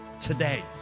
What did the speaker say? Today